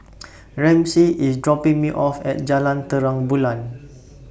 Ramsey IS dropping Me off At Jalan Terang Bulan